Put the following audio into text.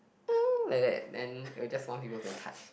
like that then it will just want people to touch